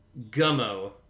Gummo